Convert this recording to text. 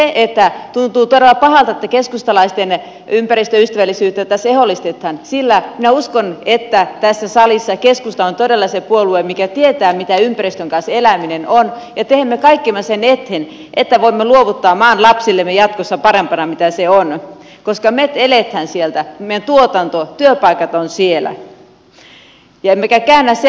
ja tuntuu todella pahalta että keskustalaisten ympäristöystävällisyyttä tässä ehdollistetaan sillä minä uskon että tässä salissa keskusta on todella se puolue joka tietää mitä ympäristön kanssa elämä on ja teemme kaikkemme sen eteen että voimme luovuttaa maan lapsillemme jatkossa parempana kuin se on koska me elämme sieltä meidän tuotantomme työpaikat ovat siellä emmekä käännä selkää sille